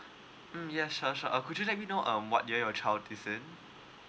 mm ya sure sure uh could you let me know um what year your child is in